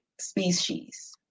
species